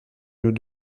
nous